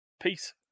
Peace